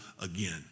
again